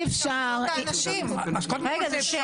זה